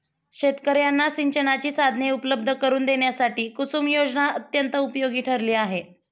शेतकर्यांना सिंचनाची साधने उपलब्ध करून देण्यासाठी कुसुम योजना अत्यंत उपयोगी ठरली आहे